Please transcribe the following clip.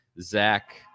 Zach